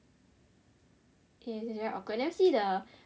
yes it's very awkward never see the